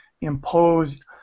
imposed